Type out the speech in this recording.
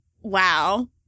Wow